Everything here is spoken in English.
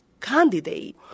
candidate